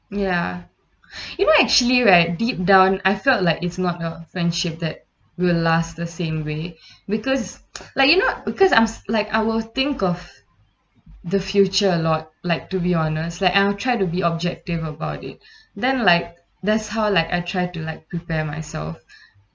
ya you know actually right deep down I felt like it's not a friendship that will last the same way because like you know because I'm s~ like I will think of the future a lot like to be honest like I'll try to be objective about it then like that's how like I try to like prepare myself